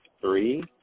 three